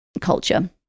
culture